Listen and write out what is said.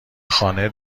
خانه